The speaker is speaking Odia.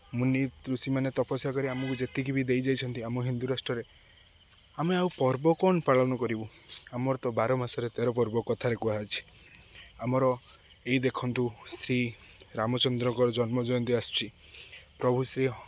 ମୁନି ଋଷିମାନେ ତପସ୍ୟା କରି ଆମକୁ ଯେତିକି ବି ଦେଇଯାଇଛନ୍ତି ଆମ ହିନ୍ଦୁ ରାଷ୍ଟ୍ରରେ ଆମେ ଆଉ ପର୍ବ କ'ଣ ପାଳନ କରିବୁ ଆମର ତ ବାର ମାସରେ ତେର ପର୍ବ କଥାରେ କୁହାଅଛି ଆମର ଏଇ ଦେଖନ୍ତୁ ଶ୍ରୀ ରାମଚନ୍ଦ୍ରଙ୍କର ଜନ୍ମଜୟନ୍ତୀ ଆସୁଛି ପ୍ରଭୁ ଶ୍ରୀ